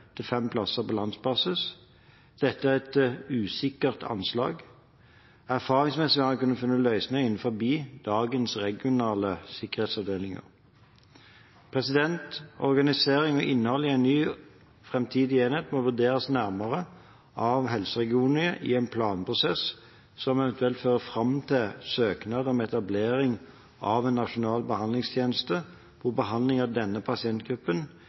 plasser på landsbasis. Dette er et usikkert anslag. Erfaringsmessig har man funnet løsninger innenfor dagens regionale sikkerhetsavdelinger. Organisering og innhold i en ny framtidig enhet må vurderes nærmere av helseregionene i en planprosess, som eventuelt fører fram til søknad om etablering av en nasjonal behandlingstjeneste, hvor behandlingen av denne pasientgruppen